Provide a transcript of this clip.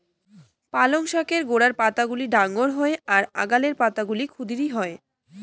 পালঙ শাকের গোড়ের পাতাগুলা ডাঙর হই আর আগালের পাতাগুলা ক্ষুদিরী হয়